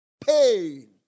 Pain